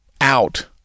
out